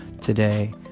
today